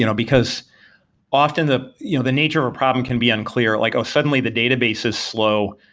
you know because often the you know the nature of a problem can be unclear, like, oh, suddenly the database is slow.